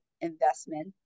investment